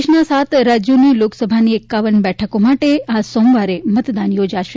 દેશના સાત રાજયોની લોકસભાની એકાવન બેઠકો માટે આ સોમવારે મતદાન યોજાશે